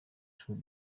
true